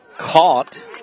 Caught